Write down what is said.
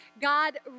God